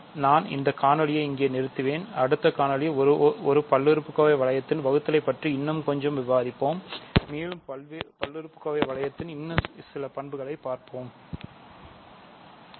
நான் இந்த காணொளியை இங்கே நிறுத்துவேன் அடுத்த காணொளியில் ஒரு பல்லுறுப்புக்கோவை வளையத்திற்குள் வகுத்தலை பற்றி இன்னும் கொஞ்சம் விவாதிப்போம் மேலும் பல்லுறுப்புறுப்பு வளையத்தின் இன்னும் சில பண்புகளை நாங்கள் படிப்போம் நன்றி